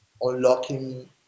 unlocking